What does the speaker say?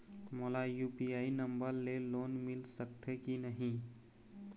मोला UPI number ले loan मिल सकथे कि नहीं?